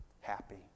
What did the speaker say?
Happy